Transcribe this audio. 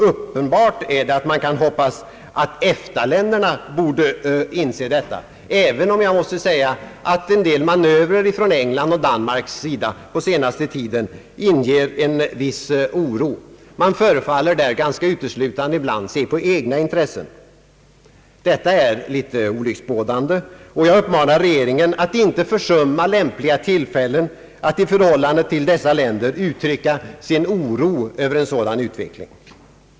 Uppenbart är att man kan hoppas att EFTA-länderna borde inse detta, även om jag måste säga att en del manövrer från Englands och Danmarks sida på senaste tiden inger en viss oro. Man förefaller där ibland ganska uteslutande se på egna intressen. Detta är litet olycksbådande, och jag uppmanar regeringen att inte försumma lämpliga tillfällen att i förhållandet till dessa länder uttrycka sin oro över en sådan utveckling.